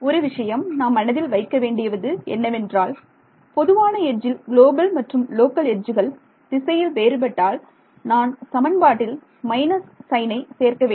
ஒரு விஷயம் நாம் மனதில் வைக்க வேண்டியது என்னவென்றால் பொதுவான எட்ஜில் குளோபல் மற்றும் லோக்கல் எட்ஜுகள் திசையில் வேறுபட்டால் நான் சமன்பாட்டில் மைனஸ் சைனை சேர்க்க வேண்டும்